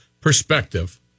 perspective